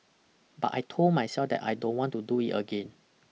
but I told myself that I don't want to do it again